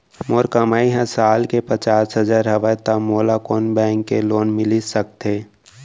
मोर कमाई ह साल के पचास हजार हवय त मोला कोन बैंक के लोन मिलिस सकथे?